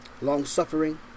long-suffering